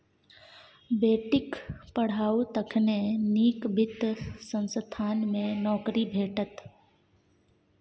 बेटीक पढ़ाउ तखने नीक वित्त संस्थान मे नौकरी भेटत